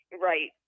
Right